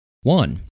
One